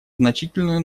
значительную